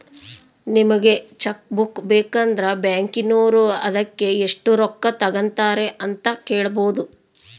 ನಿಮಗೆ cheque book ಬೇಕಂದ್ರ ಬ್ಯಾಕಿನೋರು ಅದಕ್ಕೆ ಎಷ್ಟು ರೊಕ್ಕ ತಂಗತಾರೆ ಅಂತ ಕೇಳಬೊದು